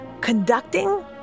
conducting